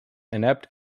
inept